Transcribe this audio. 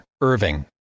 Irving